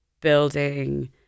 building